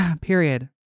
period